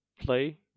play